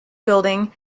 building